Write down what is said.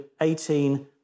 18